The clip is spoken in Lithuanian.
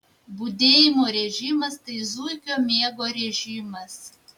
budėjimo režimas tai zuikio miego režimas